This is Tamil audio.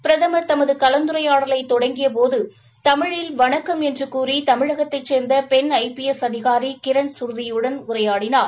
பிரதம் தமது கலந்துரையாடலை தொடங்கியபோது தமிழில் வணக்கம் என்று கூறி தமிழகத்தைச் சேர்ந்த பெண் ஐ பி எஸ் அதிகாரி கிரண் ஸ்ருதியுடன் உரையாடினார்